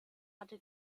hatte